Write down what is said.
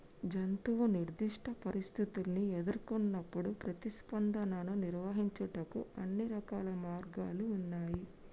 జంతువు నిర్దిష్ట పరిస్థితుల్ని ఎదురుకొన్నప్పుడు ప్రతిస్పందనను నిర్వహించుటకు అన్ని రకాల మార్గాలు ఉన్నాయి